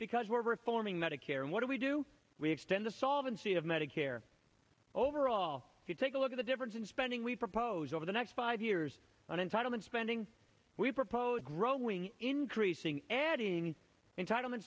because we're reforming medicare and what do we do we extend the solvency of medicare overall if you take a look at the difference in spending we propose over the next five years on entitlement spending we propose growing increasing adding entitlement